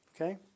Okay